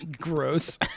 gross